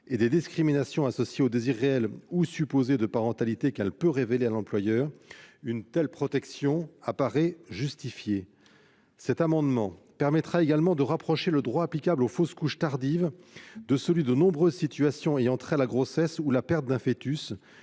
que des discriminations associées au désir réel ou supposé de parentalité qu'elle peut révéler à l'employeur, une telle protection apparaît justifiée. L'adoption de cet amendement permettra également de rapprocher le droit applicable aux fausses couches tardives de celui qui régit de nombreuses situations ayant trait à la grossesse ou à la perte d'un foetus